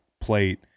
plate